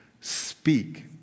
speak